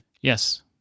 Yes